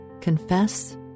confess